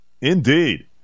Indeed